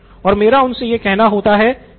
और मेरा उनसे यह कहना होता है की नहीं